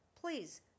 please